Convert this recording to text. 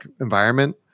environment